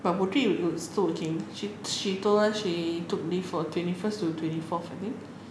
but putri would be still working she she told us she took leave for twenty first to twenty fourth I think